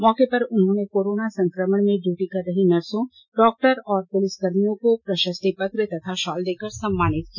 मौके पर उन्होंने कोरोना संक्रमण में ड्यूटी कर रही नर्सों डॉक्टर और पुलिसकर्मियों को प्रशस्तिपत्र तथा शॉल देकर सम्मानित किया